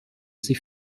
sie